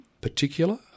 particular